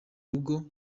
rugo